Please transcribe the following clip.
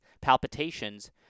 palpitations